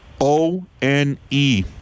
O-N-E